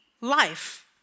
life